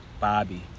bobby